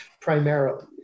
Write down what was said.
primarily